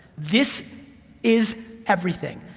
this is everything.